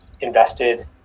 invested